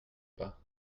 pas